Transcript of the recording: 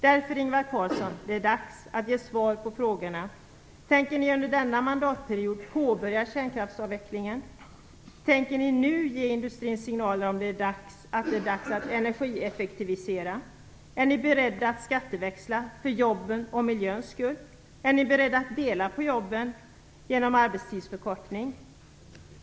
Därför, Ingvar Carlsson, är det dags att ge svar på frågorna: Tänker ni under denna mandatperiod påbörja kärnkraftsavvecklingen? Tänker ni nu ge industrin signaler om att det är dags att energieffektivisera? Är ni beredda att skatteväxla för jobbens och miljöns skull? Är ni beredda att dela på jobben - genom arbetstidsförkortning?